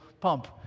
pump